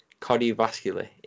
Cardiovascular